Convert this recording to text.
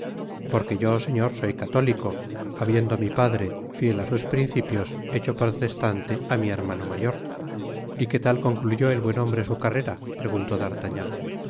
porque yo señor soy católico habiendo mi padre iiel ú sus principios hecho protestante á mi hermano mayor y qué tal concluyó el buen hombre su cartera preguntó d'artagnan